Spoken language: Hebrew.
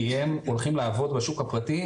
כי הם הולכים לעבוד בשוק הפרטי,